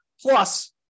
Plus